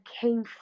came